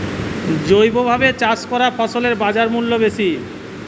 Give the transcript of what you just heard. জৈবভাবে চাষ করা ফসলের বাজারমূল্য বেশি